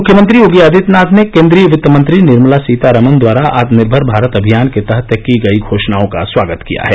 मुख्यमंत्री योगी आदित्यनाथ ने केंद्रीय वित्त मंत्री निर्मला सीतारामन द्वारा आत्मनिर्भर भारत अभियान के तहत की गयी घोषणाओं का स्वागत किया है